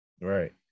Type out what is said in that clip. right